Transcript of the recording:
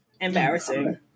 Embarrassing